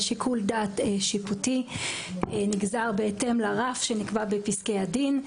זה שיקול דעת שיפוטי הנגזר בהתאם לרף שנקבע בפסקי הדין.